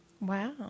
Wow